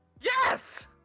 Yes